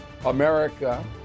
America